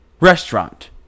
restaurant